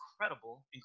incredible